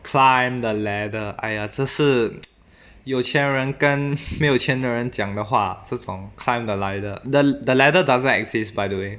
climb the ladder !aiya! 这是有钱人跟没有钱的人讲的话这种 climb the ladder the the ladder doesn't exist by the way